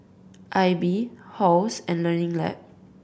Aibi Halls and Learning Lab